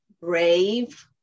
brave